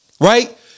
Right